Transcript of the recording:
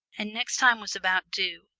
and next time was about due,